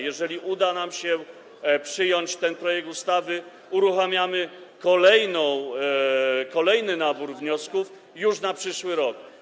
Jeżeli uda nam się przyjąć ten projekt ustawy, uruchomimy kolejny nabór wniosków już na przyszły rok.